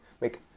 make